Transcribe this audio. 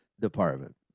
department